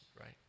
right